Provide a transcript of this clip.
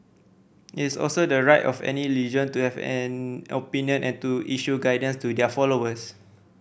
it is also the right of any religion to have an opinion and to issue guidance to their followers